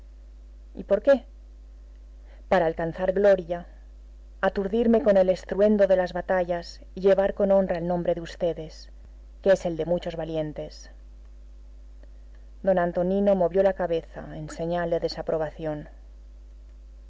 y por qué para alcanzar gloria aturdirme con el estruendo de las batallas y llevar con honra el nombre de ustedes que es el de muchos valientes don antonino movió la cabeza en señal de desaprobación